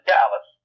Dallas